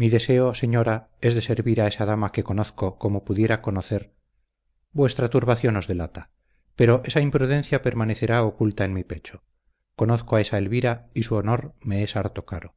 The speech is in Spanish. mi deseo señora es de servir a esa dama que conozco como pudiera conocer vuestra turbación os delata pero esa imprudencia permanecerá oculta en mi pecho conozco a esa elvira y su honor me es harto caro